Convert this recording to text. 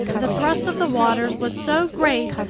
the thrust of the waters was so great,